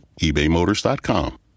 ebaymotors.com